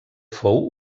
fou